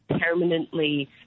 permanently